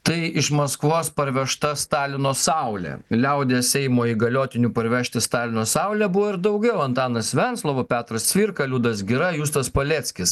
tai iš maskvos parvežta stalino saulė liaudies seimo įgaliotinių parvežti stalino saulę buvo ir daugiau antanas venclova petras cvirka liudas gira justas paleckis